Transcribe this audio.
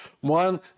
One